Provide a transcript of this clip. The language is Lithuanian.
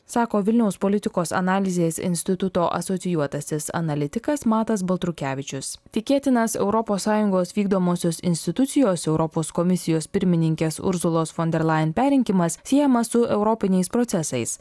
sako vilniaus politikos analizės instituto asocijuotasis analitikas matas baltrukevičius tikėtinas europos sąjungos vykdomosios institucijos europos komisijos pirmininkės ursulos fon derlajen perrinkimas siejama su europiniais procesais